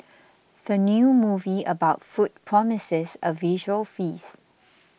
the new movie about food promises a visual feast